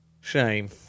shame